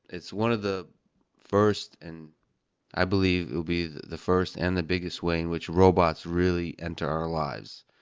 it's one of the first and i believe it will be the the first and the biggest way in which robots really enter our lives,